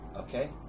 Okay